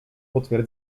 potwier